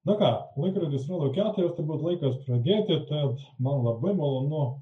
nu ką laikrodis rodo keturias turbūt laikas pradėti tad man labai malonu